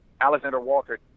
Alexander-Walker